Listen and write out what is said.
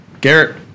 Garrett